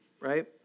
right